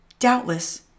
Doubtless